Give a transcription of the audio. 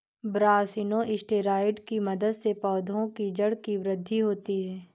brassinosteroids की मदद से पौधों की जड़ की वृद्धि होती है